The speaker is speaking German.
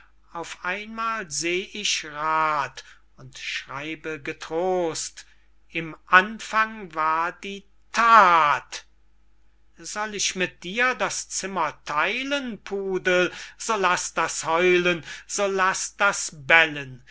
auf einmal seh ich rath und schreibe getrost im anfang war die that soll ich mit dir das zimmer theilen pudel so laß das heulen so laß das bellen